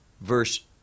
verse